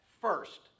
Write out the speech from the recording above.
first